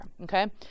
okay